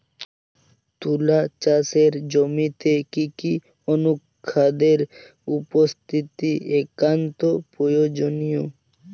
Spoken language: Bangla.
তুলা চাষের জমিতে কি কি অনুখাদ্যের উপস্থিতি একান্ত প্রয়োজনীয়?